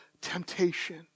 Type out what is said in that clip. temptation